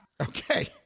Okay